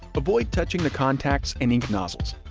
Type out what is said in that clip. but avoid touching the contacts and ink nozzles.